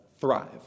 thrive